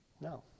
No